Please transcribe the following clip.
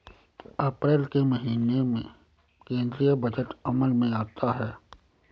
अप्रैल के महीने में केंद्रीय बजट अमल में आता है